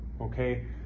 okay